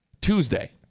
Tuesday